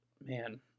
man